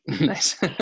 Nice